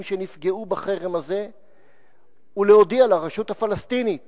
שנפגעו בחרם הזה ולהודיע לרשות הפלסטינית